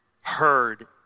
heard